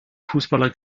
fußballer